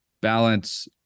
balance